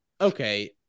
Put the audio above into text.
okay –